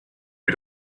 who